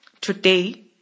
Today